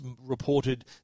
reported